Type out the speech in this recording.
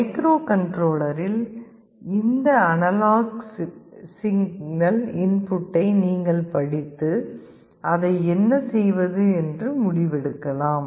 மைக்ரோகண்ட்ரோலரில் இந்த analogue signal இன்புட்டை நீங்கள் படித்து அதை என்ன செய்வது என்று முடிவெடுக்கலாம்